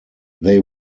they